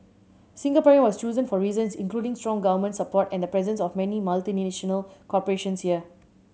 Singaporean was chosen for reasons including strong government support and the presence of many multinational corporations here